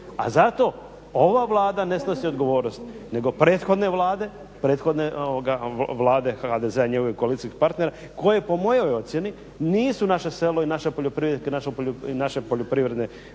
a zato ova Vlada ne snosi odgovornost nego prethodne Vlade, prethodne Vlade HDZ-a i njegovih koalicijskih partera koje po mojoj ocjeni nisu naše selo i naša poljoprivredne